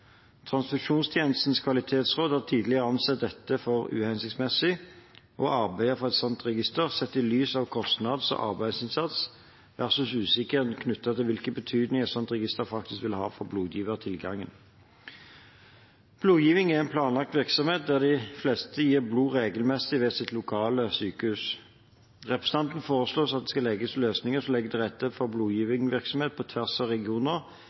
Transfusjonstjenestens kvalitetsråd har tidligere ansett det for uhensiktsmessig å arbeide for et slikt register, sett i lys av kostnad og arbeidsinnsats versus usikkerheten knyttet til hvilken betydning et slikt register faktisk vil ha for blodgivertilgangen. Blodgiving er en planlagt virksomhet, der de fleste gir blod regelmessig ved sitt lokale sykehus. Representantene foreslår at det skal lages løsninger som legger til rette for blodgivingsvirksomhet på tvers av regioner,